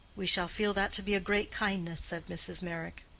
we shall feel that to be a great kindness, said mrs. meyrick.